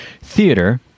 Theater